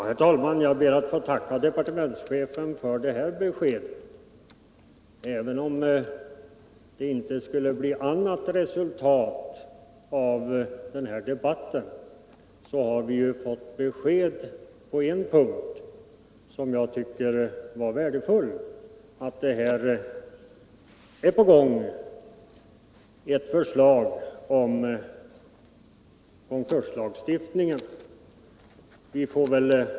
Herr talman! Jag ber att få tacka departementschefen för det här beskedet. Torsdagen den Om det inte skulle bli något annat resultat av debatten, så har vi ju ändå fått 13 april 1978 besked på en punkt. Jag tycker det är värdefullt att ha fått veta att det finns ett förslag på gång till konkurslagstiftning.